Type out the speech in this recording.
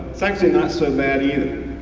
it's actually not so bad either.